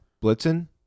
Blitzen